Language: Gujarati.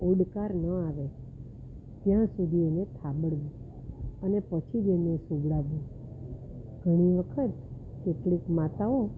ઓડકાર ન આવે ત્યાં સુધી એને થાબડવું અને પછી જ એને સુવડાવવું ઘણી વખત કેટલીક માતાઓ